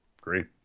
Great